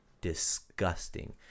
disgusting